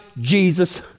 Jesus